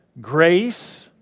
Grace